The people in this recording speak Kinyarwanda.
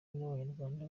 n’abanyarwanda